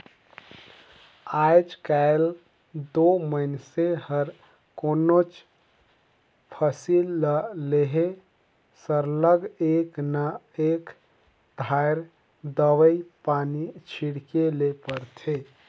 आएज काएल दो मइनसे हर कोनोच फसिल ल लेहे सरलग एक न एक धाएर दवई पानी छींचेच ले परथे